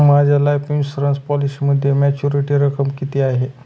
माझ्या life insurance पॉलिसीमध्ये maturity रक्कम किती आहे?